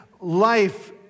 life